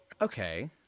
Okay